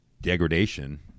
degradation